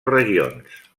regions